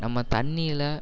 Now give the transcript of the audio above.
நம்ம தண்ணியில்